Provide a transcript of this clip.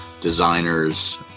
designers